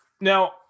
Now